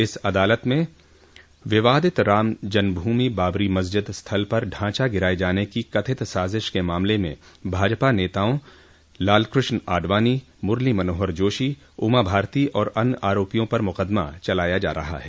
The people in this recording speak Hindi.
इस अदालत में विवादित राम जन्मभूमि बाबरी मस्जिद स्थल पर ढांचा गिराये जाने की कथित साजिश के मामले में भाजपा नेताओं लालकृष्ण आडवाणी मुरली मनोहर जोशी उमा भारती और अन्य आरोपियों पर मुकदमा चलाया जा रहा है